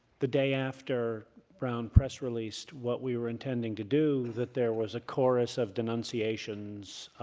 the day after brown press released what we were intending to do that there was a chorus of denunciations